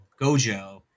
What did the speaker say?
gojo